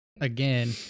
again